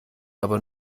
aber